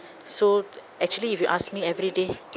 so actually if you ask me everyday